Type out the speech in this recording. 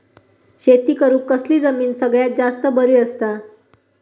शेती करुक कसली जमीन सगळ्यात जास्त बरी असता?